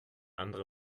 andere